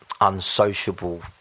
unsociable